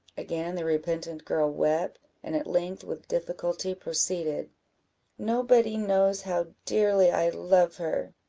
again the repentant girl wept, and at length with difficulty proceeded nobody knows how dearly i love her,